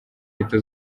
leta